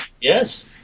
Yes